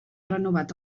renovat